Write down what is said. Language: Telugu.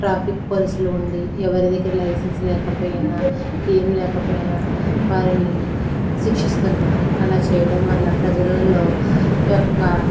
ట్రాఫిక్ పోలీసులు ఉండి ఎవరి దగ్గర లైసెన్స్ లేకపోయినా ఏం లేకపోయినా వారిని శిక్షిస్తున్నారు అలా చెయ్యడం వల్ల ప్రజల్లో ఒక్క